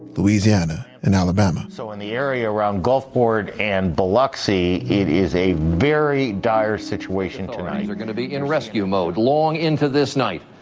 louisiana, and alabama so in the area around gulfport and biloxi, it is a very dire situation are gonna be in rescue mode long into this night.